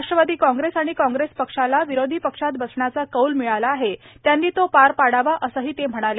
Rashtrawadi Congress आणि Congress पक्षांना विरोधी पक्षात बसण्याचा कौल मिळाला आहे त्यांनी तो पार पाडावा असंही ते म्हणाले